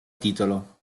titolo